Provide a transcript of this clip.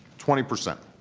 twenty percent.